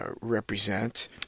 represent—